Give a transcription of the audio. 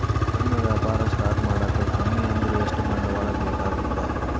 ಸಣ್ಣ ವ್ಯಾಪಾರ ಸ್ಟಾರ್ಟ್ ಮಾಡಾಕ ಕಮ್ಮಿ ಅಂದ್ರು ಎಷ್ಟ ಬಂಡವಾಳ ಬೇಕಾಗತ್ತಾ